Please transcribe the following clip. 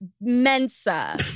Mensa